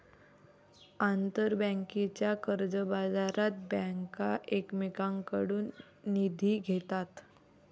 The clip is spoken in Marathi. आंतरबँकेच्या कर्जबाजारात बँका एकमेकांकडून निधी घेतात